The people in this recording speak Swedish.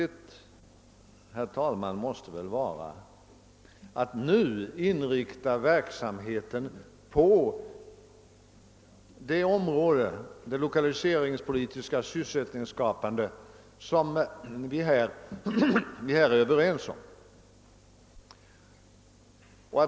Det måste vara naturligt, herr talman, att nu inrikta verksamheten på de områden — lokaliseringspolitik och därigenom sysselsättningsskapande företag — som vi här är överens om.